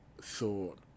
thought